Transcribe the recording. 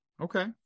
Okay